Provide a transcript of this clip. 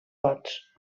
vots